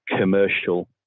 commercial